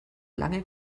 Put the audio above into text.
lange